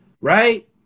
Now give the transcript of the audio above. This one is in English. right